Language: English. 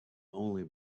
only